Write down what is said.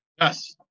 Yes